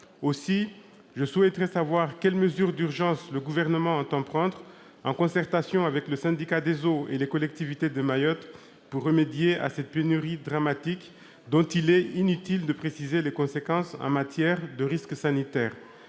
Aussi, je souhaiterais savoir quelles mesures d'urgence le Gouvernement entend prendre, en concertation avec le syndicat des eaux et les collectivités de Mayotte, pour remédier à cette pénurie dramatique, dont il est inutile de préciser les conséquences en matière de risque sanitaire.